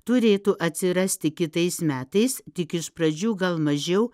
turėtų atsirasti kitais metais tik iš pradžių gal mažiau